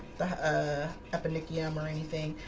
ah eponychium or anything.